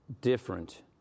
Different